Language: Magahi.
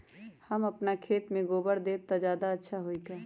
हम अपना खेत में गोबर देब त ज्यादा अच्छा होई का?